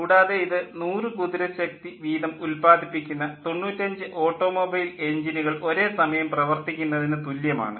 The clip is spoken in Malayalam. കൂടാതെ ഇത് 100 കുതിര ശക്തി വീതം ഉല്ലാദിപ്പിക്കുന്ന 95 ഓട്ടോമൊബൈൽ എൻജിനുകൾ ഒരേസമയം പ്രവർത്തിക്കുന്നതിന് തുല്യമാണ്